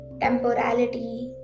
temporality